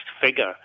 figure